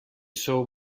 sou